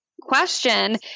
question